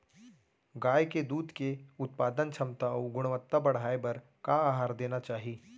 गाय के दूध के उत्पादन क्षमता अऊ गुणवत्ता बढ़ाये बर का आहार देना चाही?